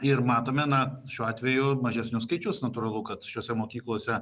ir matome na šiuo atveju mažesnius skaičius natūralu kad šiose mokyklose